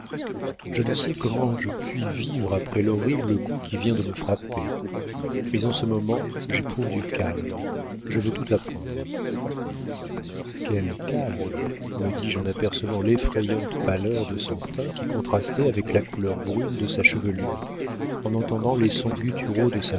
je ne sais comment je puis vivre après l'horrible coup qui vient de me frapper mais en ce moment j'éprouve du calme je veux tout apprendre quel calme me dis-je en apercevant l'effrayante pâleur de son teint qui contrastait avec la couleur brune de sa chevelure en entendant les sons gutturaux de